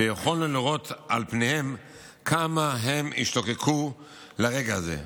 שיכולנו לראות על פניהם כמה הם השתוקקו לרגע הזה,